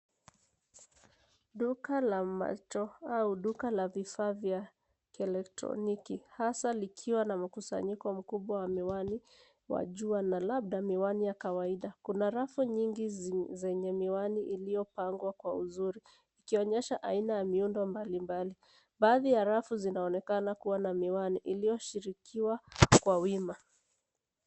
Duka la macho au duka la vifaa vya kielektroniki hasa likiwa na mkusanyiko mkubwa wa miwani wa jua na labda miwani ya kawaida. Kuna rafu nyingi zenye miwani iliyopangwa kwa uzuri ikionesha aina ya miundo mbalimbali. Baadhi ya rafu zinaonekana kuwa na miwani iliyoshirikiwa kwa wima.